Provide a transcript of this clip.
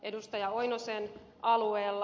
oinosen alueella